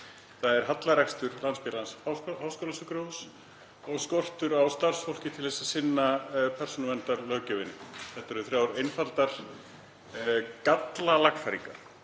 það hallarekstur Landspítala – háskólasjúkrahúss og skortur á starfsfólki til að sinna persónuverndarlöggjöfinni. Þetta eru þrjár einfaldar gallalagfæringar.